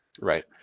Right